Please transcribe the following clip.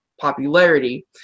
popularity